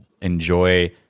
enjoy